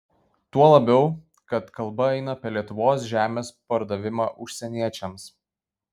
tuo labiau kad kalba eina apie lietuvos žemės pardavimą užsieniečiams